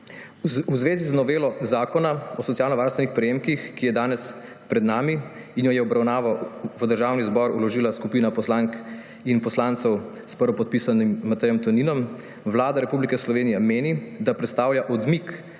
V zvezi z novelo Zakona o socialno varstvenih prejemkih, ki je danes pred nami in jo je v obravnavo v Državni zbor vložila skupina poslank in poslancev s prvopodpisanim Matejem Toninom, Vlada Republike Slovenije meni, da predstavlja odmik